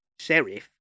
Serif